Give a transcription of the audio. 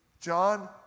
John